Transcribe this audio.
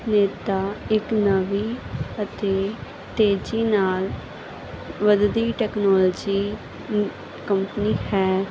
Meta ਇੱਕ ਨਵੀਂ ਅਤੇ ਤੇਜ਼ੀ ਨਾਲ ਵੱਧਦੀ ਟੈਕਨੋਲਜੀ ਕੰਪਨੀ ਹੈ